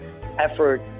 effort